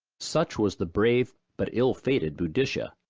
such was the brave but ill-fated boadicea,